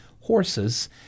horses